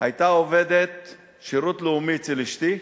היתה עובדת שירות לאומי אצל אשתי,